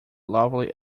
lovely